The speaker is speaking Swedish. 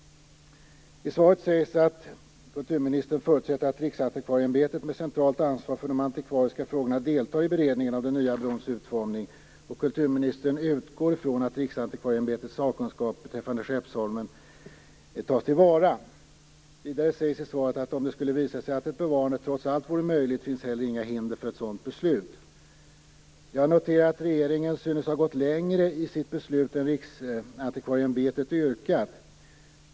I svaret sägs det att kulturministern förutsätter att Riksantikvarieämbetet med centralt ansvar för de antikvariska frågorna deltar i beredningen av den nya brons utformning. Kulturministern utgår ifrån att Skeppsholmen tas till vara. Vidare sägs i svaret att det, om det skulle visa sig att ett bevarande trots allt vore möjligt, inte finns några hinder för ett sådant beslut. Jag noterar att regeringen synes ha gått längre i sitt beslut än Riksantikvarieämbetet yrkat.